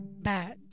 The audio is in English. bad